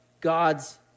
god's